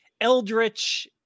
Eldritch